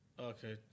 Okay